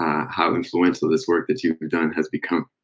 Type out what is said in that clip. how influential this work that you've you've done has become.